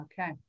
Okay